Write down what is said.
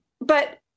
But-